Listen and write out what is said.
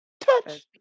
Touch